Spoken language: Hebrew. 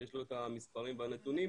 שיש לו את המספרים ואת הנתונים.